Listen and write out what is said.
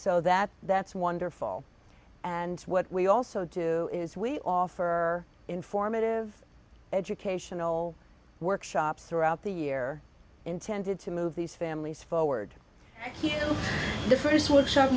so that that's wonderful and what we also do is we offer informative educational workshops throughout the year intended to move these families forward